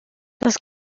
das